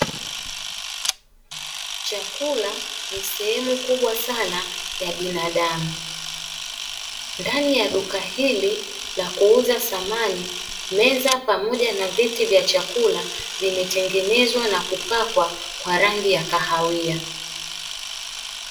Chakula ni sehemu kubwa sana ya binadamu, ndani ya duka hili la kuuza samani, meza pamoja na viti vya chakula, vimetengenezwa na kupakwa kwa rangi ya kahawia.